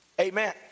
Amen